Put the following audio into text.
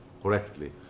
correctly